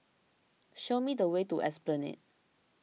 show me the way to Esplanade